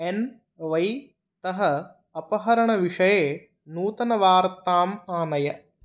N वै तः अपहरणविषये नूतनवार्ताम् आनय